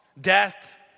Death